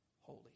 holy